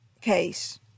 case